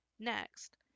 Next